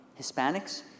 Hispanics